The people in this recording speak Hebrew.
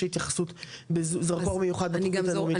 התייחסות בזרקור מסוים בתחום ---.